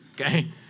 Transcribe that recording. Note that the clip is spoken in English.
Okay